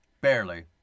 Barely